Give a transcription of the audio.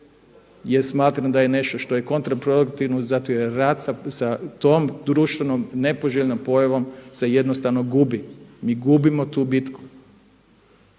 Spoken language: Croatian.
jer smatram da je nešto što je kontraproduktivno zato jer rat sa tom društvenom nepoželjnom pojavom se jednostavno gubi. Mi gubimo tu bitku.